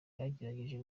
bagerageje